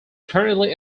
currently